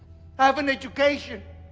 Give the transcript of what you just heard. i have an education.